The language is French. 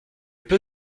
peu